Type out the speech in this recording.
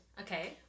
Okay